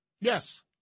Yes